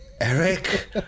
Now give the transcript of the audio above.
Eric